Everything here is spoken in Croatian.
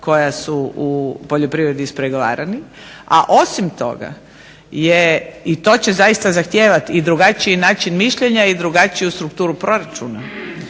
koja su u poljoprivredi ispregovarani. A osim toga je i to će zaista zahtijevati i drugačiji način mišljenja i drugačiju strukturu proračuna.